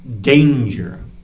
danger